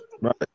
right